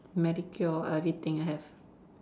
manicure everything have